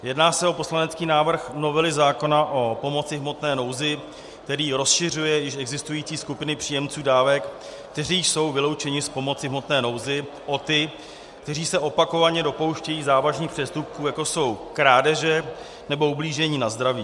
Jedná se o poslanecký návrh novely zákona o pomoci v hmotné nouzi, který rozšiřuje již existující skupiny příjemců dávek, kteří jsou vyloučení z pomoci v hmotné nouzi, o ty, kteří se opakovaně dopouštějí závažných přestupků, jako jsou krádeže nebo ublížení na zdraví.